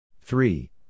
three